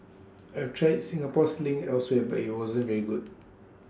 I've tried Singapore sling elsewhere but IT wasn't very good